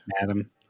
Madam